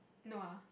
no ah